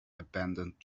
abandoned